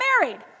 married